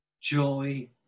joy